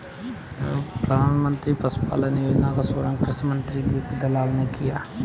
प्रधानमंत्री पशुपालन योजना का शुभारंभ कृषि मंत्री जे.पी दलाल ने किया